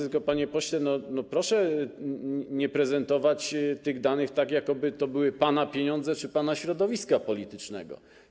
Tylko, panie pośle, proszę nie prezentować tych danych tak, jakby to były pana pieniądze czy pana środowiska politycznego.